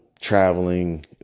traveling